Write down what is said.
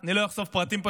אני לא אחשוף פרטים,